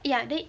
ya then